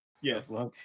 Yes